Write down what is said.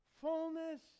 Fullness